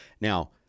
Now